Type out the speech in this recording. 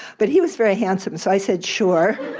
but he was very handsome, so i said sure.